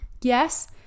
yes